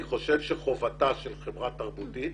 אני חושב שחובתה של חברה תרבותית,